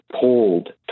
pulled